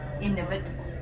inevitable